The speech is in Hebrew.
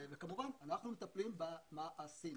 וכמובן אנחנו מטפלים במעשים.